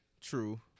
true